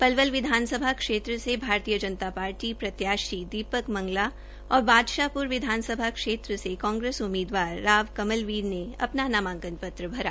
पलवल विधानसभा क्षेत्र से भाजपा प्रत्याशी दीपक मंगला और बादशाहप्रा विधानसभा क्षेत्र से कांग्रेस उममीदवार राव कमलवीर ने अपना नामांकन पत्र भरा